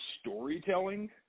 storytelling